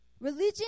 Religion